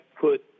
put